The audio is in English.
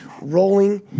rolling